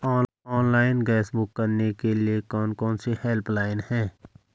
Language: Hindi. ऑनलाइन गैस बुक करने के लिए कौन कौनसी हेल्पलाइन हैं?